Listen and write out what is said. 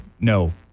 no